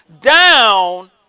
down